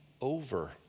over